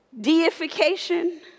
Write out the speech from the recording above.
deification